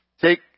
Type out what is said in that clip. take